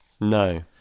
No